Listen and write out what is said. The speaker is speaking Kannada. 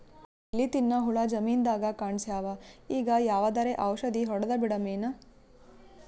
ಎಲಿ ತಿನ್ನ ಹುಳ ಜಮೀನದಾಗ ಕಾಣಸ್ಯಾವ, ಈಗ ಯಾವದರೆ ಔಷಧಿ ಹೋಡದಬಿಡಮೇನ?